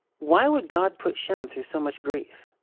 why would god put shem through so much grief?